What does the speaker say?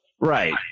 Right